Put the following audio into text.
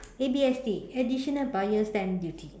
A_B_S_D additional buyer's stamp duty